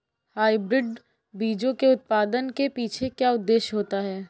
Hybrid बीजों के उत्पादन के पीछे क्या उद्देश्य होता है?